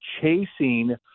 chasing